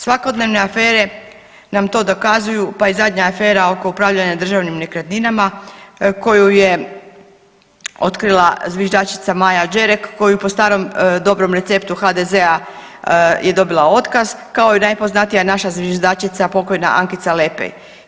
Svakodnevne afere nam to dokazuju pa i zadnja afera oko upravljanja državnim nekretninama koju je otkrila zviždačica Maja Đerek koja po starom dobrom receptu HDZ-a je dobila otkaz kao i najpoznatija naša zviždačica pokojna Ankica Lepej.